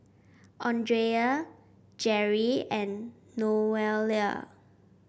Andrea Jeri and Noelia